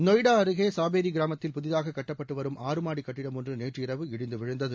நொய்டா அருகே சாபேரி கிராமத்தில் புதிதாக கட்டப்பட்டு வரும் ஆறு மாடி கட்டிடம் ஒன்று நேற்று இரவு இடிந்து விழுந்தது